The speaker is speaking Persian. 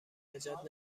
نجات